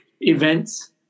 events